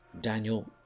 daniel